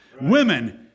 Women